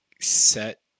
set